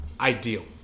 ideal